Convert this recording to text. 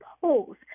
polls